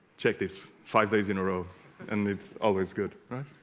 check this five days in a row and it's always good right